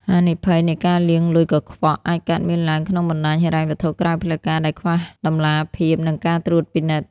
ហានិភ័យនៃការលាងលុយកខ្វក់ អាចកើតមានឡើងក្នុងបណ្ដាញហិរញ្ញវត្ថុក្រៅផ្លូវការដែលខ្វះតម្លាភាព និងការត្រួតពិនិត្យ។